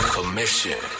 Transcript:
Commission